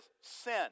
sin